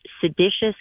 seditious